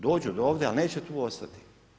Dođu do ovdje, ali neće tu ostati.